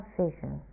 vision